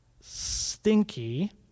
Stinky